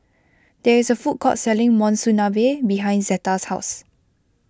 there is a food court selling Monsunabe behind Zeta's house